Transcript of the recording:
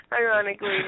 ironically